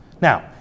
Now